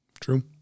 True